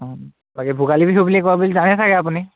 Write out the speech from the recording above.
অঁ বাকী ভোগালী বিহু বুলি কয় বুলি জানে চাগে আপুনি